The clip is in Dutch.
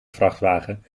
vrachtwagen